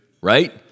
right